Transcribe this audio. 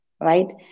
right